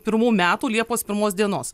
pirmų metų liepos pirmos dienos